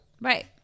Right